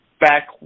back